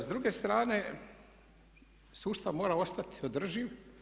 S druge strane sustav mora ostati održiv.